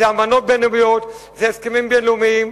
זה אמנות בין-לאומיות, זה הסכמים בין-לאומיים.